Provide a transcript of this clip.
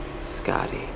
Scotty